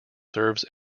serves